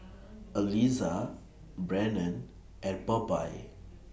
Aliza Brannon and Bobbye